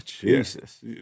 Jesus